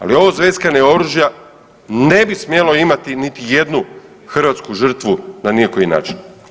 Ali ovo zveckanje oružja ne bi smjelo imati niti jednu hrvatsku žrtvu ni na koji način.